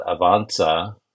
Avanza